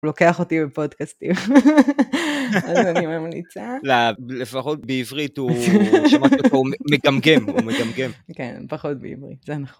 לוקח אותי בפודקאסטים אז אני ממליצה לפחות בעברית הוא מגמגם, פחות בעברית זה נכון.